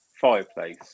fireplace